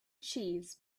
cheese